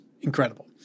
incredible